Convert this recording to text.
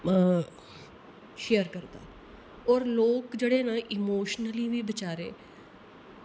share करदा और लोक जेह्ड़े न इमोशनली वी बचारे